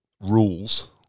rules